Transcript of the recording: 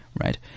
Right